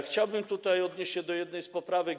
Chciałbym tutaj odnieść się do jednej z poprawek.